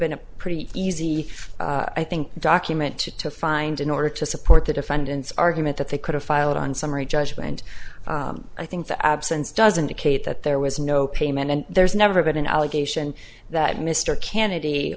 been a pretty easy i think document to to find in order to support the defendant's argument that they could have filed on summary judgment i think the absence doesn't kate that there was no payment and there's never been an allegation that mr cannady